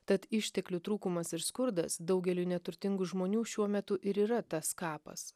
tad išteklių trūkumas ir skurdas daugeliui neturtingų žmonių šiuo metu ir yra tas kapas